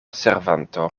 servanto